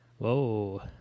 Whoa